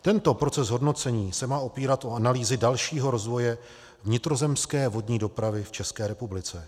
Tento proces hodnocení se má opírat o analýzy dalšího rozvoje vnitrozemské vodní dopravy v České republice.